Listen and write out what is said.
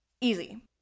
Easy